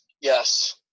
Yes